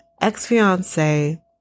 ex-fiance